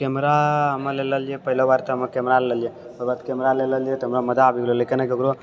camera हमे लेले रहिऐ पहले बार तऽ हमे कैमरा लेलिऐ ओकर बाद कैमरा ले लेलिऐ तऽ हमरा मजा आबि रहले कनी केकरो